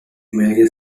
major